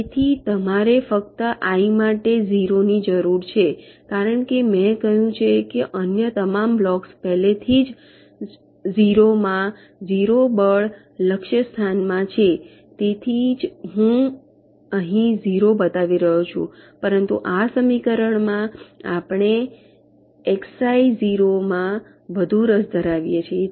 તેથી તમારે ફક્ત આઈ માટે જ ઝીરો ની જરૂર છે કારણ કે મેં કહ્યું છે કે અન્ય તમામ બ્લોક્સ પહેલાથી જ 0 માં 0 બળ લક્ષ્ય સ્થાન માં છે તેથી જ હું અહીં ઝીરો બતાવી રહ્યો છું પરંતુ આ સમીકરણમાં આપણે એક્સઆઈ 0 માં વધુ રસ ધરાવીએ છીએ